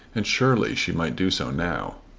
and surely she might do so now.